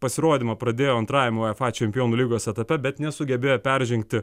pasirodymą pradėjo antrajam uefa čempionų lygos etape bet nesugebėjo peržengti